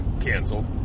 Canceled